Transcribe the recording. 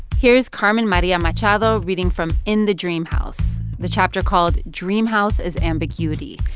here's carmen maria machado reading from in the dream house, the chapter called dream house as ambiguity,